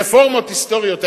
רפורמות היסטוריות.